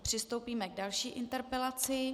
Přistoupíme k další interpelaci.